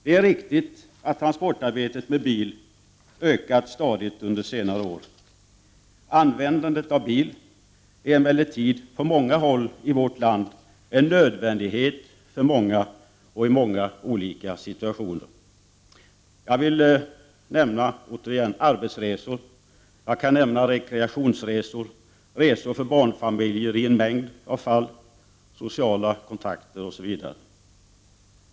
Det är riktigt att transportarbetet med bil ökat stadigt under senare år. Användandet av bil är emellertid på många håll i vårt land en nödvändighet för många och i många situationer. Jag vill återigen nämna arbetsresor, rekreationsresor, resor för barnfamiljer i en mängd av fall, sociala kontakter, osv.